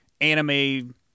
anime